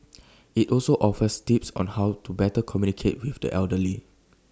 IT also offers tips on how to better communicate with the elderly